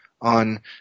on